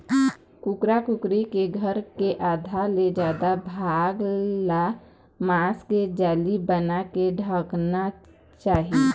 कुकरा कुकरी के घर के आधा ले जादा भाग ल बांस के जाली बनाके ढंकना चाही